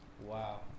wow